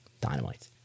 Dynamite